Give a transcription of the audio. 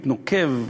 נוקבת,